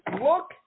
Look